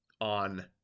on